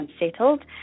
unsettled